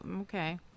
okay